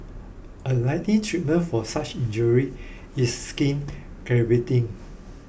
a likely treatment for such injury is skin